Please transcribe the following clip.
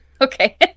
Okay